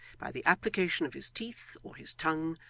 by the application of his teeth or his tongue,